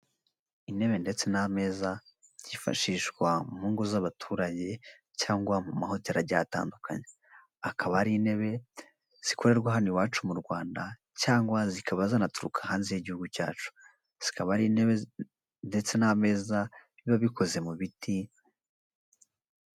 Intebe ndetse n'ameza byifashishwa mu ngo z'abaturage cyangwa mu mahoteli agiye atandukanye. Akaba ari intebe zikorerwa hano iwacu mu Rwanda cyangwa zikaba zinaturuka hanze y'igihugu cyacu. Zikaba ari intebe ndetse n'ameza biba bikoze mu biti.